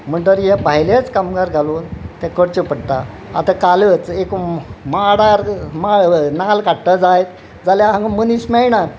म्हणटरी हे भायलेच कामगार घालून तें करचे पडटा आतां कालच एक माडार नाल्ल काडटा जाय जाल्या हांगा मनीस मेळनात